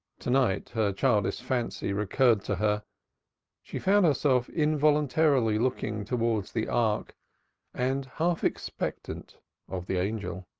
to-night her childish fancy recurred to her she found herself involuntarily looking towards the ark and half-expectant of the angel.